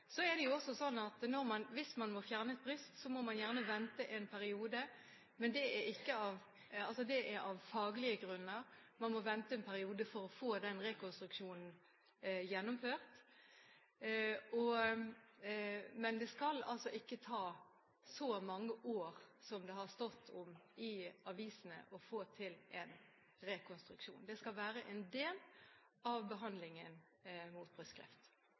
Hvis man må fjerne et bryst, må man gjerne vente en periode. Det er av faglige grunner man må vente en periode for å få rekonstruksjonen gjennomført. Men det skal ikke ta så mange år som det har stått om i avisene, å få en rekonstruksjon. Det skal være en del av behandlingen